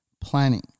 planning